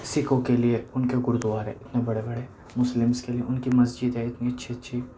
سکھوں کے لئے ان کے گردوارے اتنے بڑے بڑے مسلم کے لئے ان کی مسجد ہے اتنی اچھی اچھی